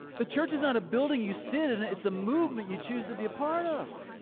the church is not a building you sit in it, it's a movement you choose to be a part of.